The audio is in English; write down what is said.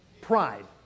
Pride